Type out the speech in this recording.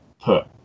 put